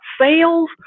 sales